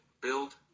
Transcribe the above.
build